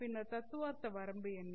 பின்னர் தத்துவார்த்த வரம்பு என்ன